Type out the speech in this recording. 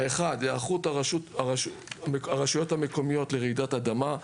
האחד היערכות הרשויות המקומיות לרעידת אדמה,